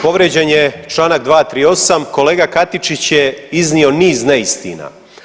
Povrijeđen je čl. 238, kolega Katičić je iznio niz neistina.